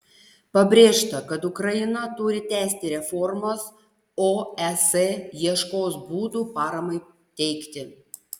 pabrėžta kad ukraina turi tęsti reformas o es ieškos būdų paramai teikti